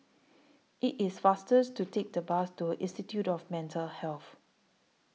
IT IS faster to Take The Bus to Institute of Mental Health